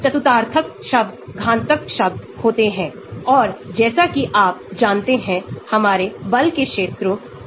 ortho मान steric प्रभाव के कारण अमान्य हैं ऑर्थो का अर्थ है कि प्रतिस्थापन इतना करीब है तो steric के कारण यह काम नहीं कर रहा है